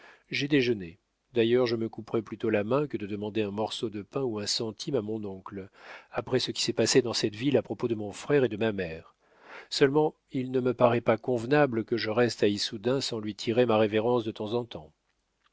j'ai déjeuné d'ailleurs je me couperais plutôt la main que de demander un morceau de pain ou un centime à mon oncle après ce qui s'est passé dans cette ville à propos de mon frère et de ma mère seulement il ne me paraît pas convenable que je reste à issoudun sans lui tirer ma révérence de temps en temps